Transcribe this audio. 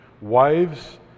Wives